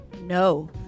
No